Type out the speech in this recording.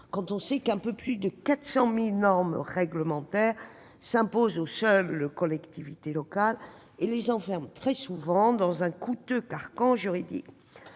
On le sait, un peu plus de 400 000 normes réglementaires s'imposent aux seules collectivités locales et les enferment très souvent dans un coûteux carcan juridique.